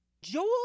Joel